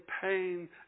pain